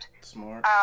Smart